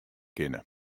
kinne